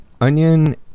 onion